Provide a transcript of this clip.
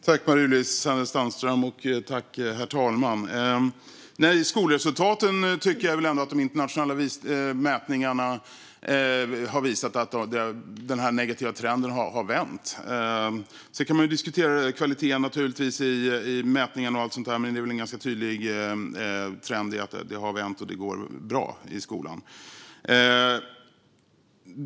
Herr talman! När det gäller skolresultaten tycker jag väl ändå att de internationella mätningarna har visat att den negativa trenden har vänt. Man kan naturligtvis diskutera kvaliteten i mätningarna, men det är en ganska tydlig trend att det har vänt och att det går bra i skolan.